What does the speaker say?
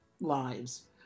lives